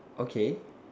okay